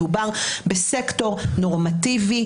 מדובר בסקטור נורמטיבי,